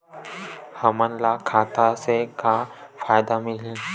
हमन ला खाता से का का फ़ायदा मिलही?